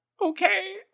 okay